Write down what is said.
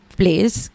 place